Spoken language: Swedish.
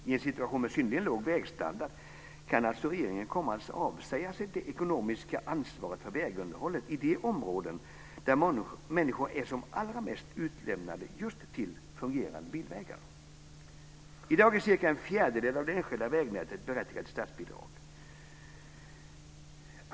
I en situation med synnerligen låg vägstandard kan alltså regeringen komma att avsäga sig det ekonomiska ansvaret för vägunderhållet i de områden där människor är som allra mest utlämnade till fungerande bilvägar. I dag är cirka en fjärdedel av det enskilda vägnätet berättigat till statsbidrag.